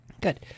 Good